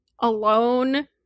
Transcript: alone